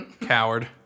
Coward